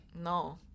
no